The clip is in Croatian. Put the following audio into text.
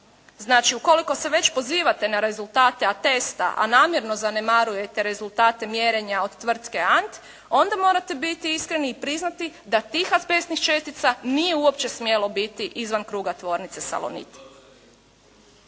Znači ukoliko se već pozivate na rezultate atesta, a namjerno zanemarujete rezultate mjerenja od tvrtke "ANT" onda morate biti iskreni i priznati da tih azbestnih čestica nije uopće smjelo biti izvan kruga tvornice "Salonit".